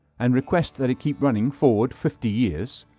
and request that it keep running forward fifty years,